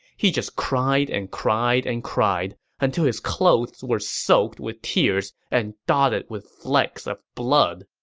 he just cried and cried and cried, until his clothes were soaked with tears and dotted with flecks of blood.